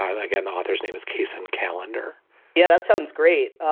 i get the author's name is kason calendar yeah, that sounds great.